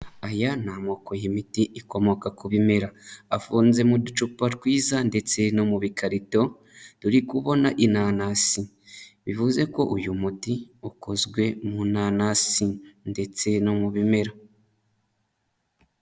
Aya ni amoko y'imiti ikomoka ku bimera. Afunze mu ducupa twiza ndetse no mu bikarito, turi kubona inanasi. Bivuze ko uyu muti ukozwe mu nanasi ndetse no mu bimera.